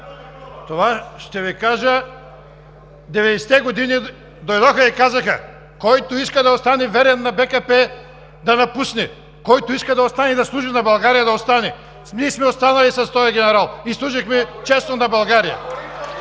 Деветдесетте години дойдоха и казаха: „Който иска да остане верен на БКП да напусне. Който иска да остане да служи на България, да остане!“. Ние сме останали с този генерал и служихме честно на България.